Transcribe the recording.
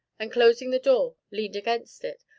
and closing the door, leaned against it,